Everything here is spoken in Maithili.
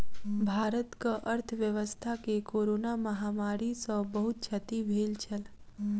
भारतक अर्थव्यवस्था के कोरोना महामारी सॅ बहुत क्षति भेल छल